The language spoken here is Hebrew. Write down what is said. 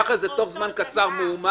ככה זה תוך זמן קצר מהומה,